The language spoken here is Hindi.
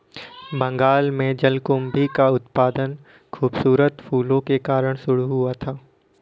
बंगाल में जलकुंभी का उत्पादन खूबसूरत फूलों के कारण शुरू हुआ था